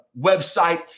website